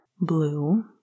Blue